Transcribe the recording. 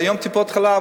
היום טיפות-חלב,